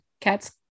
cat's